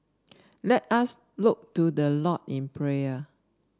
let us look to the Lord in prayer